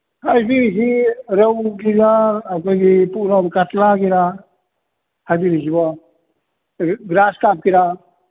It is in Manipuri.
ꯍꯥꯏꯕꯤꯔꯤꯁꯤ ꯔꯧꯒꯤꯔ ꯑꯩꯈꯣꯏꯒꯤ ꯀꯇꯂꯥꯒꯤꯔ ꯍꯥꯏꯕꯤꯔꯤꯁꯤꯕꯣ ꯒ꯭ꯔꯥꯁ ꯀꯥꯞꯀꯤꯔ